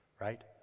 right